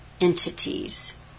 entities